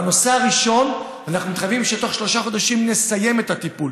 בנושא הראשון אנחנו מתחייבים שבתוך שלושה חודשים נסיים את הטיפול,